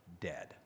dead